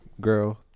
girl